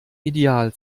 ideal